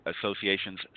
Association's